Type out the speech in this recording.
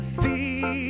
see